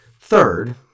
Third